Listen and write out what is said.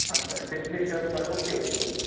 اَہن حظ ڈِسپٕلے چھِ حظ سَر اوکے وٕنۍکٮ۪نَس